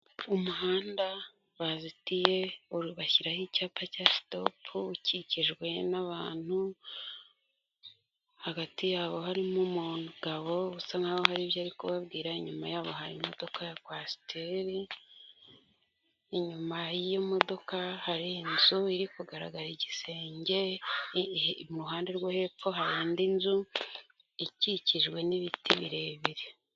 Umuhanda bazitiye bashyiraho icyapa cya sitopu ukikijwe n'abantu, hagati yabo harimo umugabo usa nkaho hari ibyo ari kubabwira, inyuma yabo hari imodoka ya kwasiteri, inyuma y'imodoka hari inzu iri kugaragara igisenge, mu ruhande rwo hepfo hari indi nzu ikikijwe n'ibiti birebire.